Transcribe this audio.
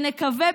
נקווה,